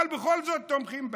אבל בכל זאת תומכים בהם?